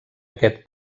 aquest